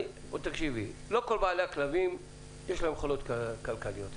לא לכל בעלי הכלבים יש יכולות כלכליות גבוהות.